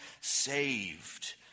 saved